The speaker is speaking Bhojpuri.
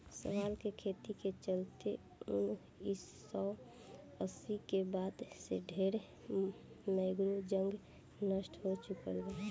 शैवाल के खेती के चलते उनऽइस सौ अस्सी के बाद से ढरे मैंग्रोव जंगल नष्ट हो चुकल बा